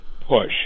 push